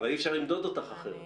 אבל אי אפשר למדוד אותך אחרת.